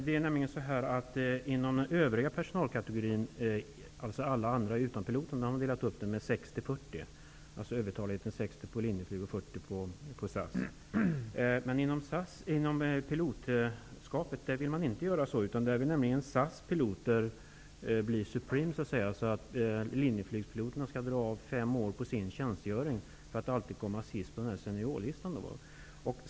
Herr talman! Jag tackar för detta. Inom övriga personalkategorier, dvs. alla andra utom piloter, har man delat upp det på 60/40, dvs. hos SAS. Men bland piloterna vill man inte göra så. Där vill nämligen SAS piloter bli så att säga ''supreme'', och man vill att Linjeflygspiloterna skall dra av fem år på sin tjänstgöringstid så att de alltid skall komma sist på seniorlistan.